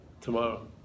tomorrow